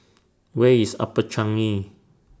Where IS Upper Changi